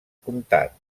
comtat